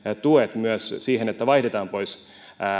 tuet siihen että vaihdetaan pois